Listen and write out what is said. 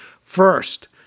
first